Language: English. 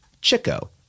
Chico